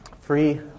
free